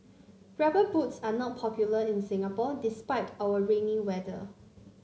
rubber boots are not popular in Singapore despite our rainy weather